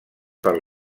per